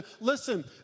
Listen